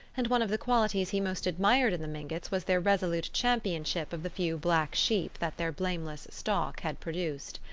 and one of the qualities he most admired in the mingotts was their resolute championship of the few black sheep that their blameless stock had produced.